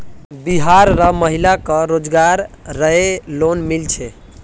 बिहार र महिला क रोजगार रऐ लोन मिल छे